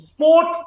Sport